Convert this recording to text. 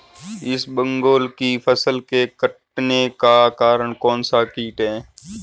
इसबगोल की फसल के कटने का कारण कौनसा कीट है?